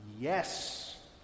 Yes